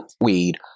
weed